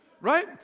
Right